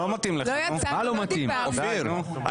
אני עובר להצבעה.